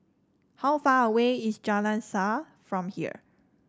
how far away is Jalan Shaer from here